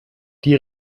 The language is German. die